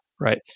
right